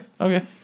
Okay